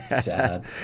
sad